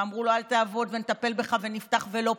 אמרו לו: אל תעבוד, נטפל בך, ונפתח, ולא פתחו.